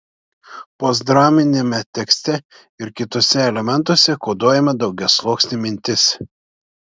postdraminiame tekste ir kituose elementuose koduojama daugiasluoksnė mintis